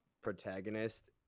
protagonist